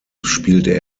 spielte